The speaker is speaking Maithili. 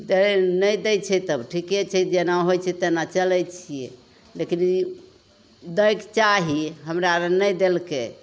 दै नहि दै छै तब ठिके छै जेना होइ छै तेना चलै छिए लेकिन ई दैके चाही हमरा आओर नहि देलकै